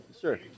Sure